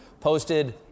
posted